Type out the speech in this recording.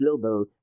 global